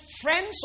friends